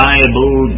Bible